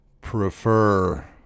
prefer